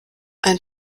ein